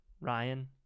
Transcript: Ryan